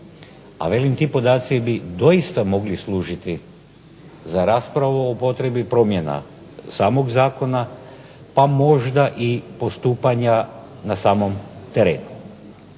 A velim, ti podaci bi doista mogli služiti za raspravu o potrebi promjena samog zakona pa možda i postupanja na samom terenu.